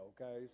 okay